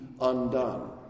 undone